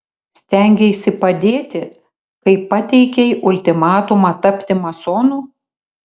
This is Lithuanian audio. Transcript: stengeisi padėti kai pateikei ultimatumą tapti masonu